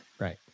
Right